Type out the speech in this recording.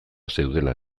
zeudela